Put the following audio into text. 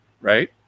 right